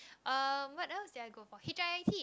um what else did I go for H_I_P